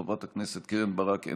חברת הכנסת קרן ברק,